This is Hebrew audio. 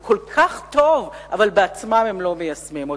כל כך טוב, אבל בעצמם הם לא מיישמים אותו.